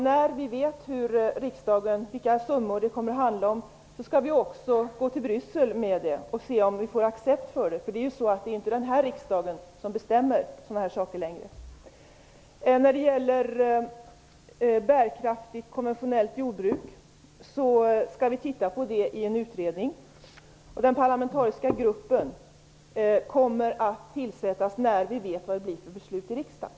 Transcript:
När vi vet vilka summor det kommer att handla om skall vi också gå till Bryssel med detta och se om vi får accept, för det är ju inte längre denna riksdag som bestämmer om sådant här. Frågan om bärkraftigt konventionellt jordbruk skall vi se över i en utredning. Den parlamentariska gruppen kommer att tillsättas när vi vet vad det blir för beslut i riksdagen.